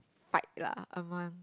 fight lah among